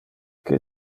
que